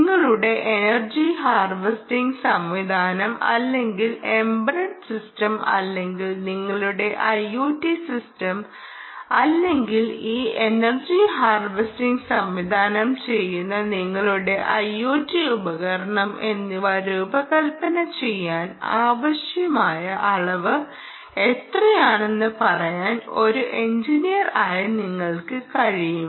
നിങ്ങളുടെ energy harvesting സംവിധാനം അല്ലെങ്കിൽ എമ്പഡഡ് സിസ്റ്റം അല്ലെങ്കിൽ നിങ്ങളുടെ IOT സിസ്റ്റം അല്ലെങ്കിൽ ഈ എനർജി ഹാർവെസ്റ്റിംഗ് സംവിധാനം ചെയ്യുന്ന നിങ്ങളുടെ IOT ഉപകരണം എന്നിവ രൂപകൽപ്പന ചെയ്യാൻ ആവശ്യമുള്ള അളവ് എത്രയാണെന്ന് പറയാൻ ഒരു എഞ്ചിനിയർ ആയ നിങ്ങൾക്ക് കഴിയും